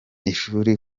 ishuri